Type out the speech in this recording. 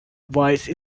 voice